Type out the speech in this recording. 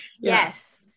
Yes